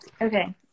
Okay